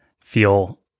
feel